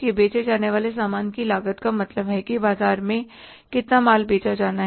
यह बेचे जाने वाले सामान की लागत का मतलब है कि बाजार में कितना माल बेचा जाना है